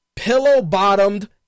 pillow-bottomed